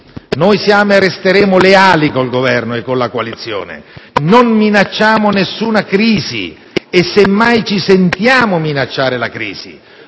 Noi siamo e resteremo leali col Governo e con la coalizione, non minacciamo nessuna crisi e semmai ci sentiamo minacciare la crisi.